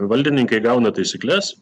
valdininkai gauna taisykles